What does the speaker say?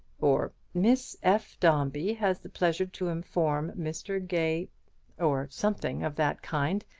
or miss f. dombey has the pleasure to inform mr. gay or something of that kind,